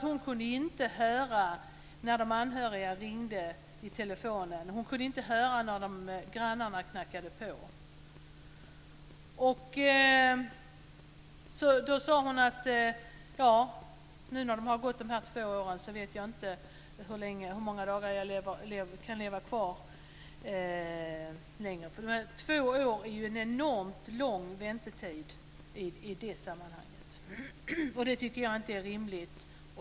Hon kunde inte höra när de anhöriga ringde i telefonen. Hon kunde inte höra när grannarna knackade på. Hon sade att hon inte visste hur många dagar hon kunde bo kvar när de två åren hade gått. Två år är en enormt lång väntetid i det sammanhanget. Det tycker jag inte är rimligt.